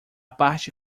parte